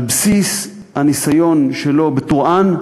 על בסיס הניסיון שלו בטורעאן,